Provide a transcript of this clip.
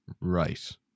right